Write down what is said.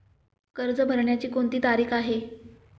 कर्ज भरण्याची कोणती तारीख आहे?